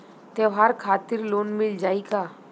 त्योहार खातिर लोन मिल जाई का?